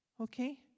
Okay